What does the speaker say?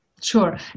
Sure